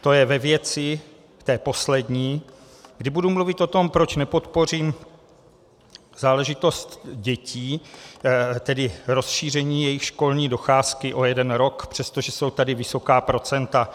To je ve věci, té poslední, kdy budu mluvit o tom, proč nepodpořím záležitost dětí, tedy rozšíření jejich školní docházky o jeden rok, přestože jsou tady vysoká procenta.